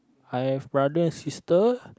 I have brother sister